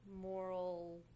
moral